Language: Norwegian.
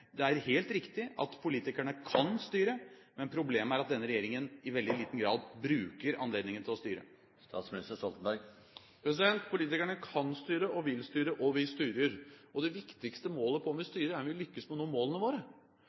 Det er helt riktig at politikerne kan styre, men problemet er at denne regjeringen i veldig liten grad bruker anledningen til å styre. Politikerne kan styre, vil styre, og vi styrer. Det viktigste målet på om vi styrer, er om vi lykkes med å nå målene våre,